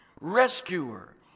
rescuer